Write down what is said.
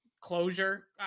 closure